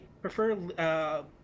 prefer